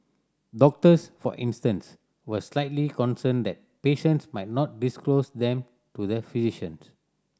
doctors for instance were slightly concerned that patients might not disclose them to the physicians